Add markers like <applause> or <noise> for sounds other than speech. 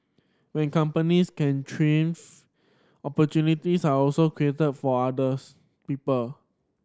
when companies can <unintelligible> opportunities are also created for others people